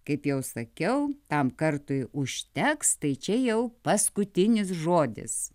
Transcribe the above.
kaip jau sakiau tam kartui užteks tai čia jau paskutinis žodis